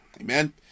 Amen